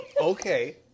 Okay